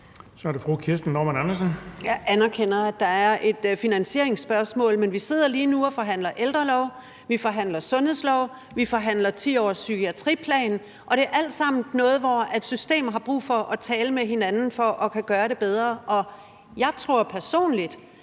Kl. 14:54 Kirsten Normann Andersen (SF): Jeg anerkender, at der er et finansieringsspørgsmål, men vi sidder lige nu og forhandler ældrelov, vi forhandler sundhedslov, vi forhandler 10-årspsykiatriplan, og det er alt sammen noget, hvor systemerne har brug for at tale med hinanden for at kunne gøre det bedre. Jeg tror personligt,